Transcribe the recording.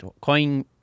coin